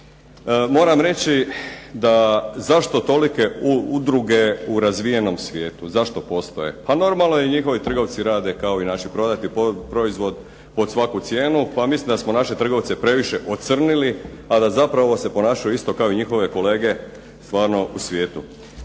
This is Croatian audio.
Moram reći da zašto tolike udruge u razvijenom svijetu? Zašto postoje? Pa normalno, i njihovi trgovci rade kao i naši, prodati proizvod pod svaku cijenu, pa mislim da smo naše trgovce previše ocrnili, a da zapravo se ponašaju isto kao i njihove kolege stvarno u svijetu.